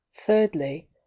thirdly